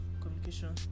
communication